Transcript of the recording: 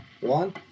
one